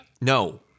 no